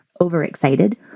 overexcited